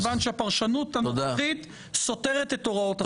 מכיוון שהפרשנות הנוכחית סותרת את הוראות החוק.